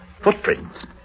Footprints